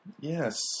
Yes